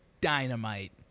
dynamite